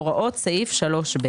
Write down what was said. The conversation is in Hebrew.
הוראות סעיף 3ב,